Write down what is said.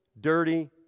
dirty